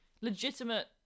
legitimate